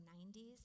90s